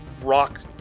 rock